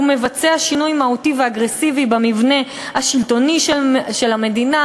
הוא מבצע שינוי מהותי ואגרסיבי במבנה השלטוני של המדינה,